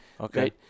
okay